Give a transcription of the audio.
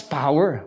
power